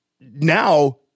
now